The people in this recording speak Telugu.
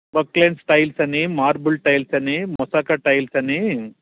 వక్లైన్స్ టైల్స్ అని మార్బుల్ టైల్స్ అని మొసాయిక్ టైల్స్ అని